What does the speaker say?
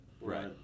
Right